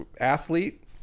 Athlete